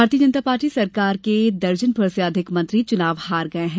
भारतीय जनता पार्टी सरकार के दर्जन भर से अधिक मंत्री चुनाव हार गये हैं